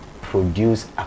produce